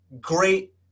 great